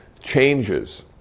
changes